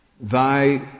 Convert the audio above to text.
Thy